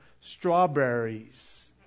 strawberries